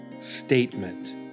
statement